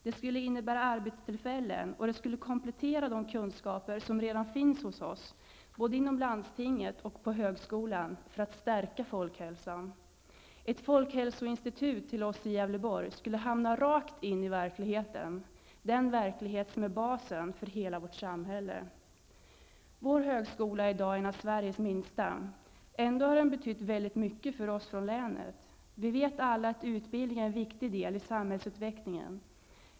Det skulle innebära arbetstillfällen, och det skulle komplettera de kunskaper som redan finns hos oss, både inom landstinget och på högskolan, och stärka folkhälsan. Ett folkhälsoinstitut till oss i Gävleborg skulle komma rakt in i verkligheten, den verklighet som är basen för hela vårt samhälle. Vår högskola är i dag en av Sveriges minsta. Ändå har den betytt mycket för oss från länet. Vi vet alla att utbildningen är en viktig del av samhällsutvecklingen.